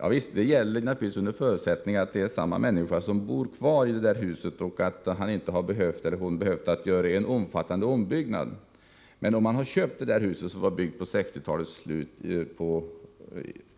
Javisst, det gäller under förutsättning att samma människa bor kvar i det där huset och inte behövt göra någon omfattande ombyggnad. Men om man vid 1970-talets slut köpt det där huset, som var byggt vid